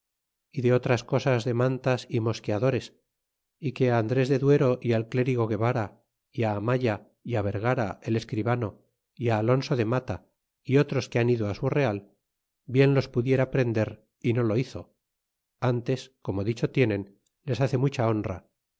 y de otras cosas de mantas y mosqueadores y que andres de duero y al clérigo guevara y amaya y á vergara el escribano y á alonso de mata y otros que han ido su real bien los pudiera prender y no lo hizo n tes como dicho tienen les hace mucha honra